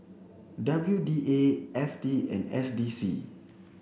W D A F T and S D C